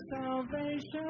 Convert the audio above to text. salvation